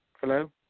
Hello